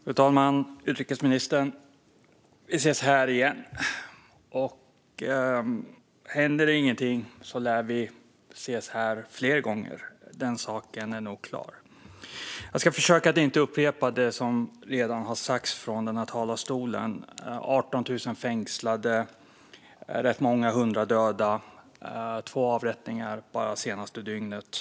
Fru talman! Utrikesministern! Nu ses vi här igen, och händer det ingenting lär vi ses här fler gånger. Den saken är nog klar. Jag ska försöka att inte upprepa det som redan har sagts från talarstolen i dag. Det handlar om 18 000 fängslade och åtskilliga hundra döda, och två avrättningar bara det senaste dygnet.